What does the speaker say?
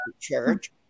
Church